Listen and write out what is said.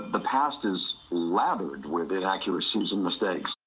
the past is lathered with inaccuracies and mistakes.